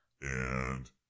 And-